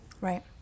Right